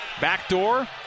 backdoor